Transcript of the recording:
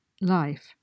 life